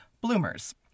Bloomers